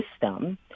system